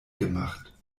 gemacht